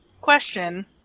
Question